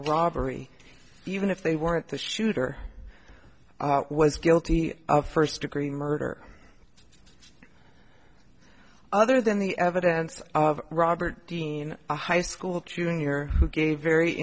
a robbery even if they weren't the shooter was guilty of first degree murder other than the evidence of robert dean a high school junior who gave very